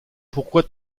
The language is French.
pourquoi